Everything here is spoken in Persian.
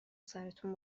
سرتون